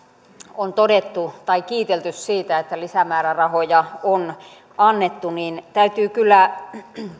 on kiitelty siitä että lisämäärärahoja on annettu niin täytyy kyllä